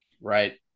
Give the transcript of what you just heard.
right